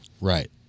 Right